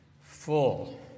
full